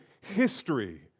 history